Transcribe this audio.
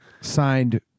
signed